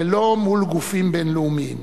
ולא מול גופים בין-לאומיים.